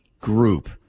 group